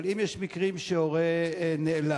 אבל אם יש מקרים שהורה נעלם,